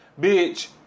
Bitch